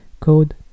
code